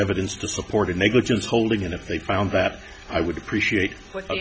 evidence to support a negligence holding and if they found that i would appreciate